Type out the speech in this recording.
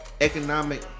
economic